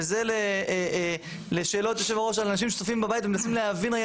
וזה לשאלת היושב-ראש על אנשים שצופים בבית ומנסים להבין.